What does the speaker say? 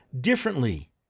differently